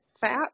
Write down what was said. fat